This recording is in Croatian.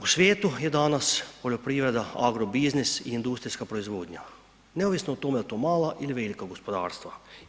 U svijetu je danas poljoprivreda agrobiznis i industrijska proizvodnja, neovisno o tome jel to mala ili velika gospodarstva.